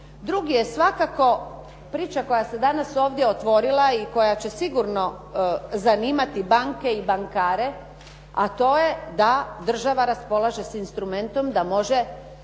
Drugi je svakako priča koja se danas ovdje otvorila i koja će sigurno zanimati banke i bankare, a to je da država raspolaže s instrumentom da može